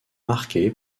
marqué